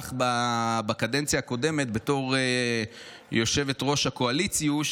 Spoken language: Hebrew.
שלך בקדנציה הקודמת בתור יושבת-ראש הקואליציוש,